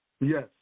Yes